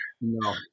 No